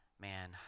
man